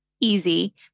easy